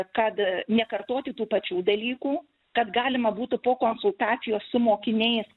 kad nekartoti tų pačių dalykų kad galima būtų po konsultacijos su mokiniais